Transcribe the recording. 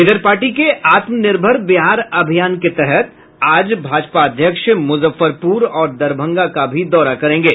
इधर पार्टी के आत्मनिर्भर बिहार अभियान के तहत आज भाजपा अध्यक्ष मुजफ्फरपुर और दरभंगा का भी दौरा करेंगे